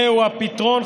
זהו הפתרון,